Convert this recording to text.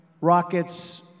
rockets